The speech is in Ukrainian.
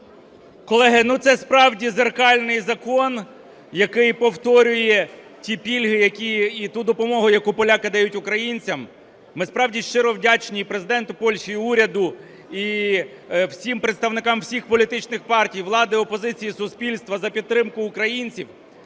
Колеги, ну, це справді дзеркальний закон, який повторює ті пільги і ту допомогу, яку поляки дають українцям. Ми справді щиро вдячні і Президенту Польщі, і уряду, і представникам всіх політичних партій, влади, опозиції і суспільства за підтримку українців.